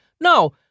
no